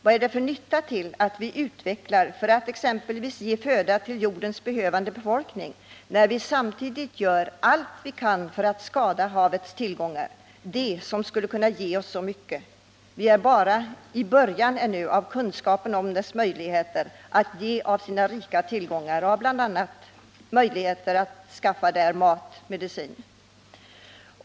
Vad är det för nytta med att vi anstränger oss för att ge föda till jordens behövande befolkning när vi samtidigt gör allt vi kan för att skada havets tillgångar, som skulle kunna ge oss så mycket. Vi är ännu bara i början av kunskapen om havets möjligheter att ge av sina rika tillgångar bl.a. för att förse oss med mat och medicin.